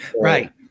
right